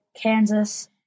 Kansas